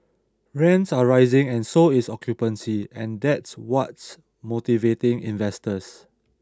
rents are rising and so is occupancy and that's what's motivating investors